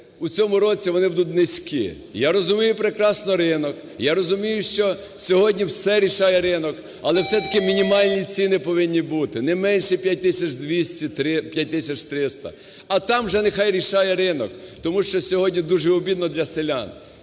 в цьому році, вони будуть низькі. Я розумію прекрасно ринок. Я розумію, що сьогодні все рішає ринок. Але все-таки мінімальні ціни повинні бути. Не менше 5 тисяч 200, 5 тисяч 300. А там вже нехай рішає ринок. Тому що сьогодні дужеобідно для селян,